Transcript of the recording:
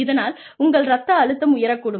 இதனால் உங்கள் இரத்த அழுத்தம் உயரக்கூடும்